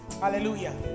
Hallelujah